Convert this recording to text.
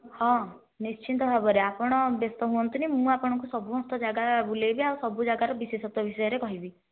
ହଁ ନିଶ୍ଚିନ୍ତ ଭାବରେ ଆପଣ ବ୍ୟସ୍ତ ହୁଅନ୍ତୁନି ମୁଁ ଆପଣଙ୍କୁ ସମସ୍ତ ଜାଗା ବୁଲାଇବି ଆଉ ସବୁ ଜାଗାର ବିଶେଷତ୍ଵ ବିଷୟରେ କହିବି